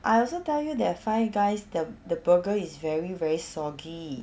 I also tell you that five guys the the burger is very very soggy